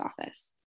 office